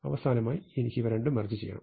അവസാനമായി എനിക്ക് ഇവ രണ്ടും മെർജ് ചെയ്യണം